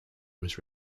was